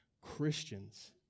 Christians